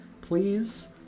Please